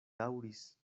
daŭris